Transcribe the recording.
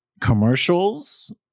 commercials